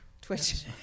Twitch